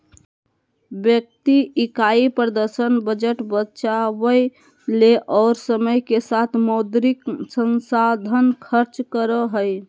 व्यक्ति इकाई प्रदर्शन बजट बचावय ले और समय के साथ मौद्रिक संसाधन खर्च करो हइ